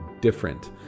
different